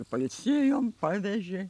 ir pailsėjom pavežė